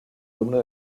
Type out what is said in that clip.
alumno